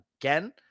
again